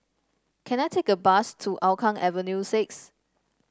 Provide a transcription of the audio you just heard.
can I take a bus to Hougang Avenue six